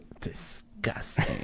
disgusting